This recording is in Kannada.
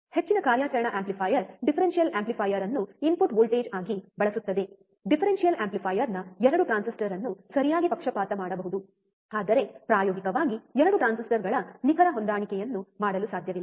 ಹೆಚ್ಚಿನ ಕಾರ್ಯಾಚರಣಾ ಆಂಪ್ಲಿಫೈಯರ್ ಡಿಫರೆನ್ಷಿಯಲ್ ಆಂಪ್ಲಿಫೈಯರ್ ಅನ್ನು ಇನ್ಪುಟ್ ವೋಲ್ಟೇಜ್ ಆಗಿ ಬಳಸುತ್ತದೆ ಡಿಫರೆನ್ಷಿಯಲ್ ಆಂಪ್ಲಿಫೈಯರ್ನ 2 ಟ್ರಾನ್ಸಿಸ್ಟರ್ ಅನ್ನು ಸರಿಯಾಗಿ ಪಕ್ಷಪಾತ ಮಾಡಬೇಕು ಆದರೆ ಪ್ರಾಯೋಗಿಕವಾಗಿ 2 ಟ್ರಾನ್ಸಿಸ್ಟರ್ಗಳ ನಿಖರ ಹೊಂದಾಣಿಕೆಯನ್ನು ಮಾಡಲು ಸಾಧ್ಯವಿಲ್ಲ